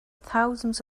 thousands